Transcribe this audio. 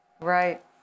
Right